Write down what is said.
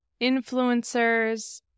influencers